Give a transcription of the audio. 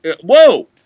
Whoa